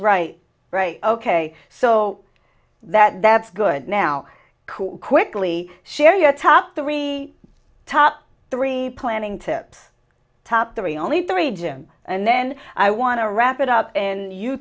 right right ok so that that's good now cool quickly share your top three top three planning tip top three only three jim and then i want to wrap it up and you